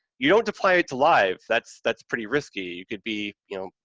you don't deploy it to live, that's that's pretty risky, you could be, you know,